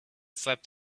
slept